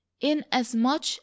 inasmuch